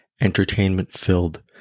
entertainment-filled